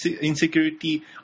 insecurity